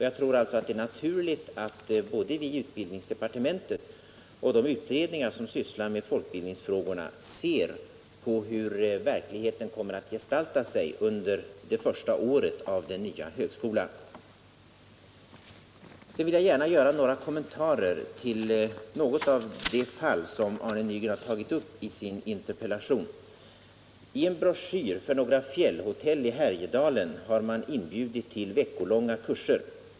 Jag tror alltså att det är naturligt att både vi i utbildningsdepartementet och de utredningar som sysslar med folkbildningsfrågorna ser på hur verkligheten kommer att gestalta sig under det första året för den nya högskolan. Sedan vill jag gärna göra några kommentarer till ett av de fall som Arne Nygren har tagit upp i sin interpellation. I en broschyr för några fjällhotell i Härjedalen inbjuder man till veckolånga kurser.